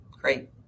Great